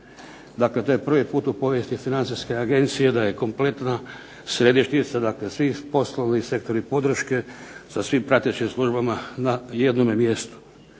Dakle, to je prvi put u povijesti financijske agencije da je kompletna središnjica, dakle svi poslovni sektori podrške sa svim pratećim službama na jednome mjestu.